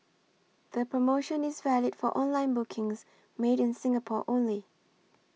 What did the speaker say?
the promotion is valid for online bookings made in Singapore only